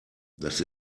das